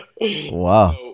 Wow